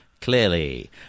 Clearly